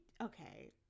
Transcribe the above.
okay